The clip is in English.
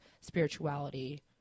spirituality